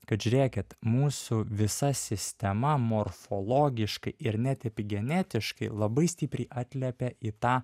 kad žiūrėkit mūsų visa sistema morfologiškai ir net epigenetiškai labai stipriai atliepia į tą